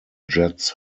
jets